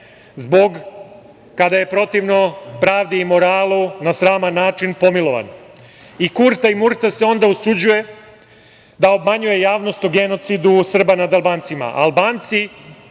zbog kada je protivno pravi i moralu, na sraman način pomilovan. I Kurta i Murta se onda usuđuje da obmanjuje javnost o genocidu Srba nad Albancima. Albanci